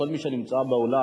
כל מי שנמצא באולם,